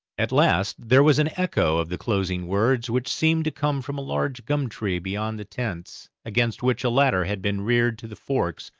at last there was an echo of the closing words which seemed to come from a large gum tree beyond the tents, against which a ladder had been reared to the forks,